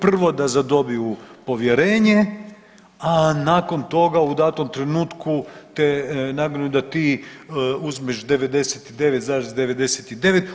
Prvo da zadobiju povjerenje, a nakon toga u datom trenutku te nagnu da ti uzmeš 99,99.